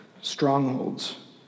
strongholds